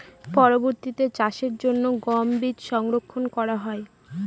পরবর্তিতে চাষের জন্য গম বীজ সংরক্ষন করা হয়?